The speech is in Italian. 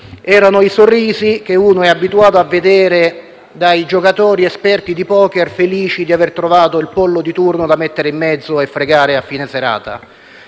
Erano i sorrisi che si è abituati a vedere sui volti dei giocatori esperti di *poker*, felici di aver trovato il pollo di turno da mettere in mezzo e fregare a fine serata.